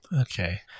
Okay